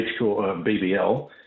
BBL